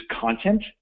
content